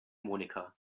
monika